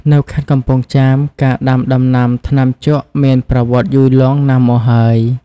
នៅខេត្តកំពង់ចាម ការដាំដំណាំថ្នាំជក់មានប្រវត្តិយូរលង់ណាស់មកហើយ។